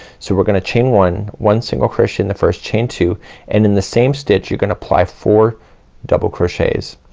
so we're gonna chain one, one single crochet in the first. chain two and in the same stitch you're gonna apply four double crochets.